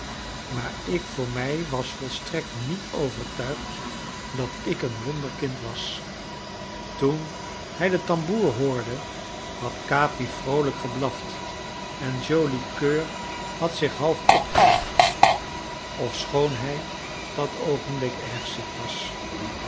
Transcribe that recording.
maar ik voor mij was volstrekt niet overtuigd dat ik een wonderkind was toen hij den tamboer hoorde had capi vroolijk geblaft en joli coeur had zich half opgelicht ofschoon hij op dat oogenblik erg ziek was